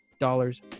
dollars